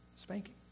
Spanking